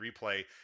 replay